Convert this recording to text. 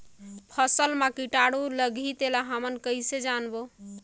फसल मा कीटाणु लगही तेला हमन कइसे जानबो?